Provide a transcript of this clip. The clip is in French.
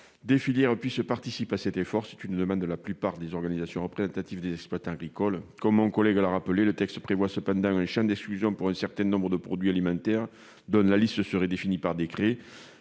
des filières puisse participer à cet effort. C'est une demande de la plupart des organisations représentatives des exploitants agricoles. Comme Franck Menonville l'a rappelé, le texte prévoit cependant un champ d'exclusion pour un certain nombre de produits alimentaires dont la liste serait définie par